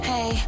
Hey